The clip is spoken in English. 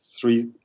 three